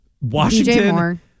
Washington